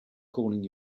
calling